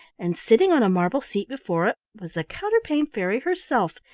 and sitting on a marble seat before it was the counterpane fairy herself.